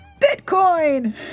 Bitcoin